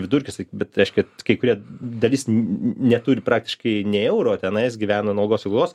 vidurkissakyki bet reiškia kai kurie dalis neturi praktiškai nė euro tenais gyvena nuo algos iki algos